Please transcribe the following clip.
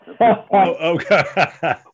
Okay